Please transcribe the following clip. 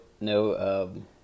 no